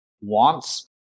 wants